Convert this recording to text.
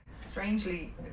strangely